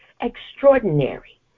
extraordinary